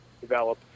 develop